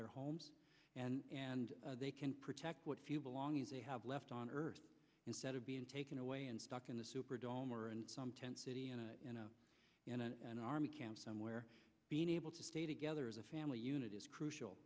their homes and and they can protect what few belongings they have left on earth instead of being taken away and stuck in the superdome or and some tent city and an army camp somewhere being able to stay together as a family unit is crucial